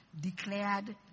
declared